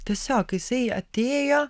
tiesiog kai jisai atėjo